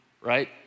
right